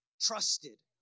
trusted